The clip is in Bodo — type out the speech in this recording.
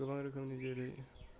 गोबां रोखोमनि जेरै